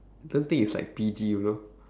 I don't think it's like P_G you know